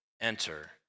enter